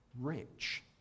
rich